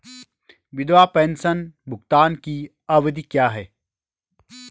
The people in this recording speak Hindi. विधवा पेंशन भुगतान की अवधि क्या है?